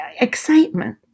excitement